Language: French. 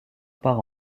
par